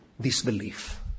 disbelief